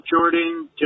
Jordan